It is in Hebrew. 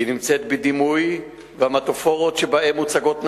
היא נמצאת בדימוי, במטאפורות שבהן מוצגות נשים,